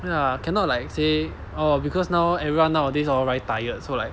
ya cannot like say oh because now everyone nowadays all very tired so like